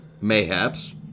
Mayhaps